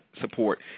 support